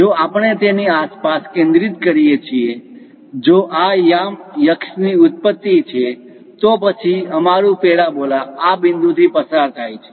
જો આપણે તેની આસપાસ કેન્દ્રિત કરીએ છીએ જો આ યામ અક્ષ ની ઉત્પત્તિ છે તો પછી અમારું પેરાબોલા આ બિંદુ થી પસાર થાય છે